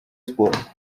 sports